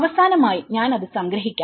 അവസാനമായി ഞാൻ അത് സംഗ്രഹിക്കാം